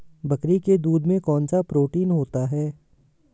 बकरी के दूध में कौनसा प्रोटीन होता है?